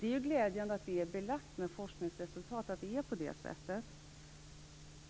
Det är glädjande att det med forskningsresultat är belagt att det är på det sättet.